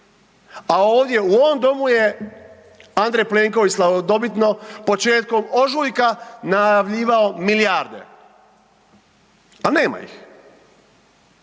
a ovdje u ovom domu je A. Plenković slavodobitno početkom ožujka najavljivao milijarde. A nema ih.